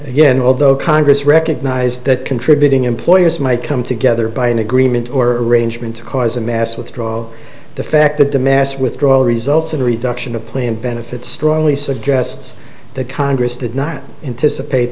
again although congress recognized that contributing employers might come together by an agreement or arrangement to cause a mass withdrawal the fact that the mass withdrawal results in reduction of planned benefits strongly suggests that congress did not anticipate